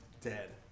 Dead